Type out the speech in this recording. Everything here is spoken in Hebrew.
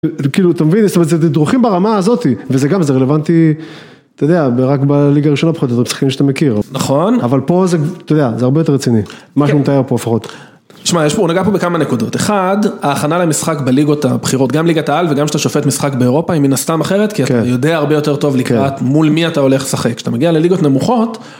כאילו אתה מבין? זאת אומרת, זה, זה, דורכים ברמה הזאתי וזה גם, זה רלוונטי. אתה יודע רק בליגה ראשונה פחות או יותר אתה משחק עם מי שאתה מכיר. נכון, אבל פה זה אתה יודע זה הרבה יותר רציני. מה שמתאר פה לפחות. תשמע יש פה נגע פה בכמה נקודות אחד ההכנה למשחק בליגות הבכירות גם ליגת העל וגם שאתה שופט משחק באירופה היא מן הסתם אחרת, כן, כי אתה יודע הרבה יותר טוב, כן, לקראת מול מי אתה הולך לשחק כשאתה מגיע לליגות נמוכות..